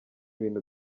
ibintu